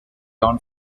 down